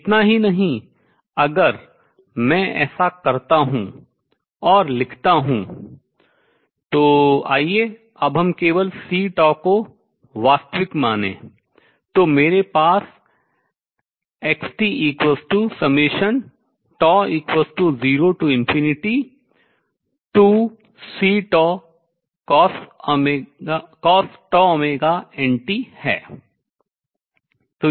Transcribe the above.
इतना ही नहीं अगर मैं ऐसा करता हूँ और लिखता हूँ तो आइए अब हम केवल C को वास्तविक मानें तो मेरे पास xt02Ccosτωnt है